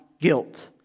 guilt